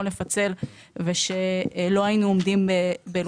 לפצל ושלא היינו עומדים בלוחות הזמנים.